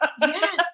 Yes